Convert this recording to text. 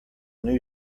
new